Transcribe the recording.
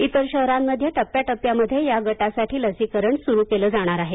इतर शहरांमध्ये टप्प्या टप्प्यामध्ये या गटासाठी लसीकरण सुरू केलं जाणार आहे